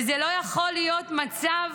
ולא יכול להיות מצב